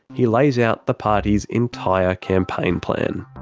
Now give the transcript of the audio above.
he lays out the party's entire campaign plan.